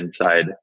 Inside